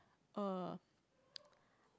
uh